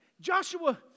Joshua